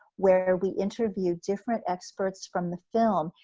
where we interview different experts from the film,